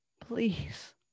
Please